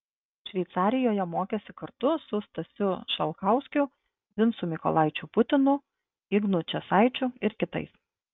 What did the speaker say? šveicarijoje mokėsi kartu su stasiu šalkauskiu vincu mykolaičiu putinu ignu česaičiu ir kitais